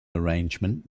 arrangement